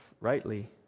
rightly